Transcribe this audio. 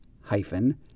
hyphen